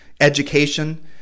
education